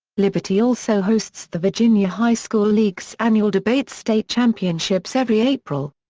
liberty also hosts the virginia high school league's annual debate state championships every april.